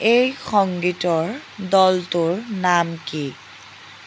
এই সংগীতৰ দলটোৰ নাম কি